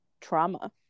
trauma